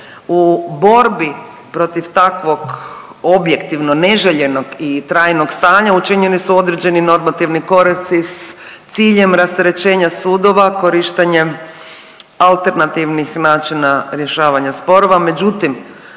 U borbi protiv takvog objektivno neželjenog i trajnog stanja učinjeni su određeni normativni koraci s ciljem rasterećenja sudova korištenja alternativnih načina rješavanje sporova. Međutim